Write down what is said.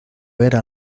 era